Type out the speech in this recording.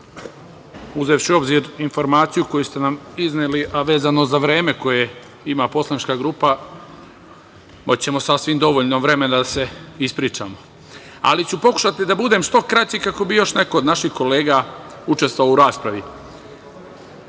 u obzir informaciju koju ste nam izneli, a vezano za vreme koju ima poslanička grupa, imaćemo sasvim dovoljno vremena da se ispričamo, ali ću pokušati da budem što kraći kako bi još neko od naših kolega učestvovao u raspravi. Šta